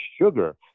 sugar